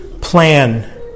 plan